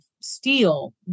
steel